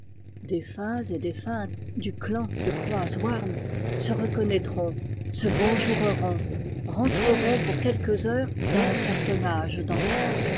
disparue défunts et défuntes du clan de croaz houarn se reconnaîtront se bon joureront rentreront pour quelques heures dans leurs personnages